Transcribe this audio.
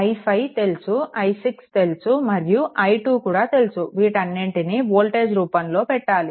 i5 తెలుసు i6 తెలుసు మరియు i2 కూడా తెలుసు వీటన్నింటినీ వోల్టేజ్ రూపంలో పెట్టాలి